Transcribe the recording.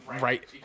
right